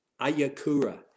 ayakura